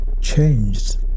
changed